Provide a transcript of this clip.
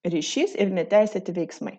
ryšys ir neteisėti veiksmai